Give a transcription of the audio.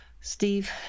steve